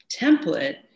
template